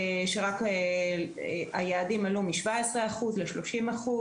שרק היעדים עלו משבע עשרה אחוז לשלושים אחוז